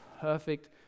perfect